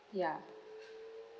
ya